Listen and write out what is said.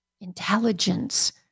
intelligence